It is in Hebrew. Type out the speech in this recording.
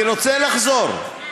אני רוצה לחזור: